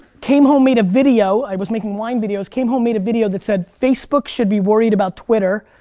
came home, made a video, i was making wine videos, came home, made a video that said facebook should be worried about twitter.